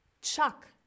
Chuck